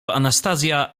anastazja